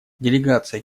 делегация